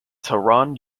tehran